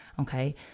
okay